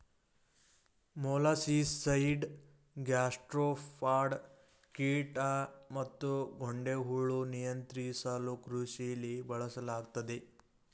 molluscicide gastropod ಕೀಟ ಮತ್ತುಗೊಂಡೆಹುಳು ನಿಯಂತ್ರಿಸಲುಕೃಷಿಲಿ ಬಳಸಲಾಗ್ತದೆ